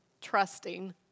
trusting